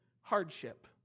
hardship